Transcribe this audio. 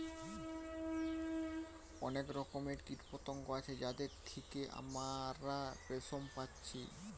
অনেক রকমের কীটপতঙ্গ আছে যাদের থিকে আমরা রেশম পাচ্ছি